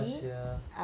ya sia